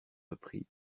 reprit